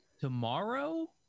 tomorrow